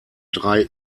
drei